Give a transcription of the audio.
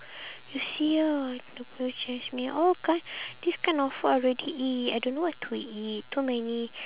you see ah the Blue Jasmine all kind this kind of food I already eat I don't know what to eat too many